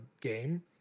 game